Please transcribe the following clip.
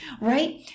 right